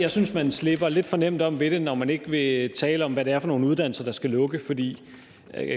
Jeg synes, man slipper lidt for nemt om ved det, når man ikke vil tale om, hvad det er for nogle uddannelser, der skal lukke. For